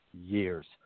years